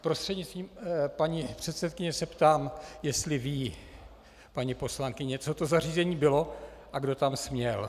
Prostřednictvím paní předsedkyně se ptám, jestli ví paní poslankyně, co to zařízení bylo a kdo tam směl.